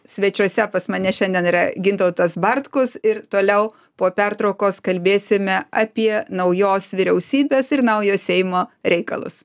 svečiuose pas mane šiandien yra gintautas bartkus ir toliau po pertraukos kalbėsime apie naujos vyriausybės ir naujo seimo reikalus